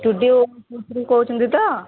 ଷ୍ଟୂଡ଼ିଓରୁ କହୁଛନ୍ତି ତ